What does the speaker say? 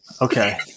okay